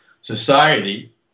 society